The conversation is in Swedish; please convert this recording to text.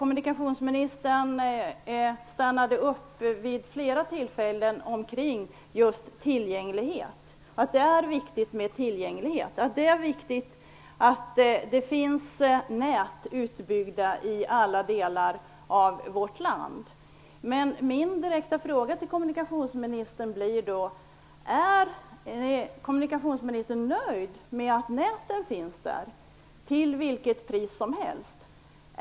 Kommunikationsministern dröjde sig vid flera tillfällen kvar vid just vikten av tillgänglighet, att det är viktigt att det finns nät utbyggda i alla delar av vårt land. Mina direkta frågor till kommunikationsministern blir då: Är kommunikationsministern nöjd med att näten finns där till vilket pris som helst?